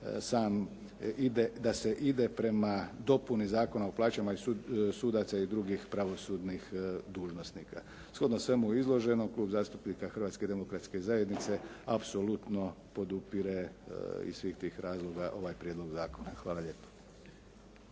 da se ide prema dopuni Zakona o plaćama sudaca i drugih pravosudnih dužnosnika. Shodno svemu izloženom, Klub zastupnika Hrvatske demokratske zajednice apsolutno podupire iz svih tih razloga, ovaj prijedlog zakona. Hvala lijepa.